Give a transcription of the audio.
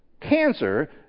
cancer